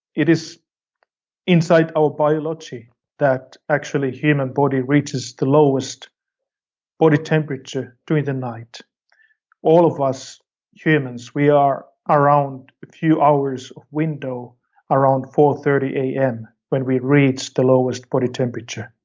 it is inside our biology that actually human body reaches the lowest body temperature during the night all of us humans, we are around a few hours of window around four thirty am, when we reach the lowest body temperature.